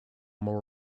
more